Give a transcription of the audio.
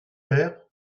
père